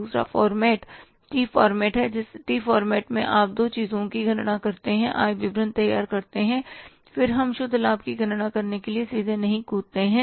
दूसरा format T format जिस T format में आप दो चीजों की गणना करके आय विवरण तैयार करते हैं फिर हम शुद्ध लाभ की गणना करने के लिए सीधे नहीं कूदते हैं